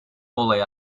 olayı